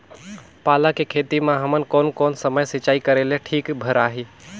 पाला के खेती मां हमन कोन कोन समय सिंचाई करेले ठीक भराही?